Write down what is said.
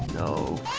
oh